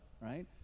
right